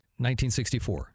1964